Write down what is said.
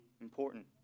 important